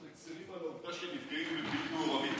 אנחנו מצירים על העובדה שנפגעים בלתי מעורבים,